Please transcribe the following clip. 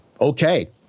Okay